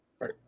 Right